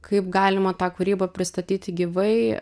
kaip galima tą kūrybą pristatyti gyvai